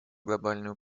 глобальную